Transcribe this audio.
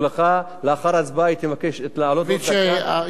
אני מבין שהיועצת המשפטית פרנקל-שור גם עזרה בעניין זה.